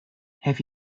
have